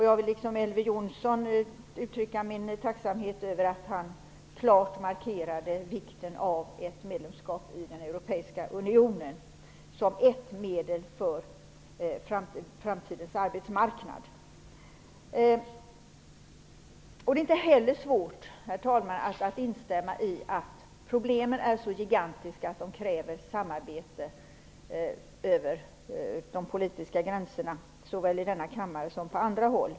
Jag vill liksom Elver Jonsson uttrycka min tacksamhet över att Anders Sundström klart markerade vikten av ett medlemskap i den europeiska unionen som ett medel för framtidens arbetsmarknad. Det är inte heller svårt att instämma i att problemen är så gigantiska att de kräver samarbete över de politiska gränserna, såväl i denna kammare som på andra håll.